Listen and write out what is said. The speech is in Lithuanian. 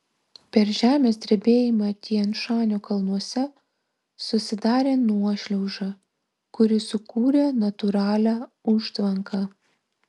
per žemės drebėjimą tian šanio kalnuose susidarė nuošliauža kuri sukūrė natūralią užtvanką